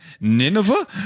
Nineveh